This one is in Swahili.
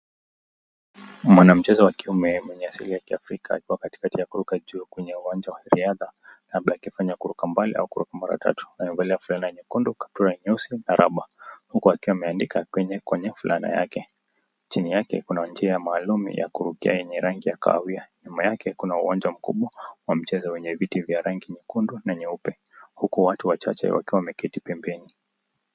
Mwanamchezo wa kiume mwenye asili ya Kiafrika yuko katikati ya kuruka juu kwenye uwanja wa riadha labda akifanya kuruka mbali au kuruka mara tatu. Amevalia fulana nyekundu, kapura nyeusi na raba huku akiwa ameandika kwenye kwenye fulana yake. Chini yake kuna njia maalum ya kurukia yenye rangi ya kahawia. Nyuma yake kuna uwanja mkubwa wa michezo wenye viti vya rangi nyekundu na nyeupe huku watu wachache wakiwa wameketi pembeni.